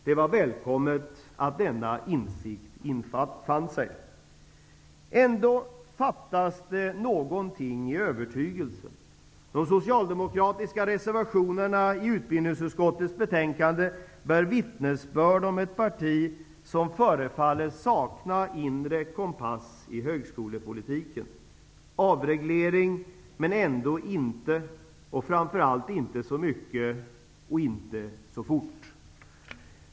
Det var välkommet att denna insikt infann sig. Ändå fattas det någonting i övertygelsen. De socialdemokratiska reservationerna till utbildningsutskottets betänkande bär vittnesbörd om ett parti som förefaller sakna inre kompass i högskolepolitiken: avreglering -- men ändå inte, och framför allt inte så mycket och inte så fort.